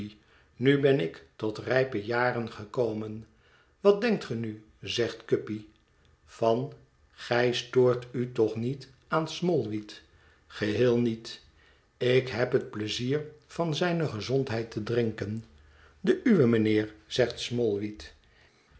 nu ben ik tot rijpe jaren gekomen wat denkt ge nu zegt guppy van gij stoort u toch niet aan smallweed geheel niet ik heb het pleizier van zijne gezondheid te drinken de uwe mijnheer zegt